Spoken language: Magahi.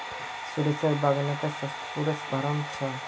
सुरेशेर बागानत शतपुष्पेर भरमार छ